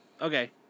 Okay